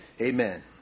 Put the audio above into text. Amen